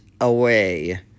away